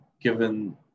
given